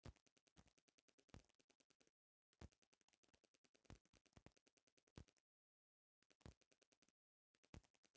एके चारागाह के चारावला के बाद ओकरा के छोड़ दीहल जाला ताकि फिर से ओइमे घास फूस आ सको